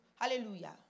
Hallelujah